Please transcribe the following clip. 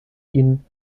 ihn